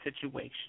situation